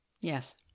Yes